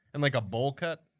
and like a bowl cut?